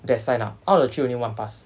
that sign up out of the three only one pass